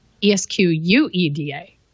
E-S-Q-U-E-D-A